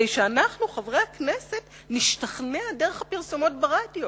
דבר: אנחנו שומעים עכשיו תשדירים ברדיו,